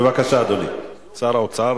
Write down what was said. בבקשה, אדוני שר האוצר